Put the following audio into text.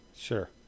Sure